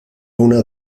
una